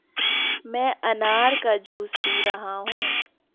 मैं अनार का जूस पी रहा हूँ